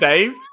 Dave